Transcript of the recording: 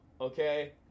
okay